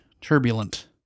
Turbulent